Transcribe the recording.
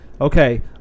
Okay